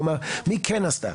כלומר, מי כן עשתה.